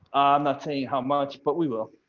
not saying how much but we will.